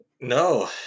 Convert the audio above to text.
No